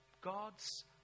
God's